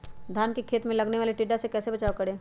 धान के खेत मे लगने वाले टिड्डा से कैसे बचाओ करें?